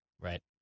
Right